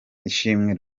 ishimwe